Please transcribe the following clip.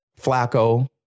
Flacco